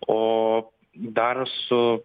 o dar su